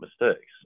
mistakes